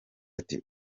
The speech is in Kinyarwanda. ati